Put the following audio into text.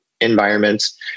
environments